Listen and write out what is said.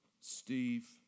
Steve